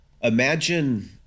imagine